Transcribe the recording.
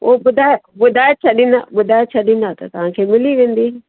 उहो ॿुधाए ॿुधाए छॾींदा ॿुधाए छॾींदा त तव्हांखे मिली वेंदी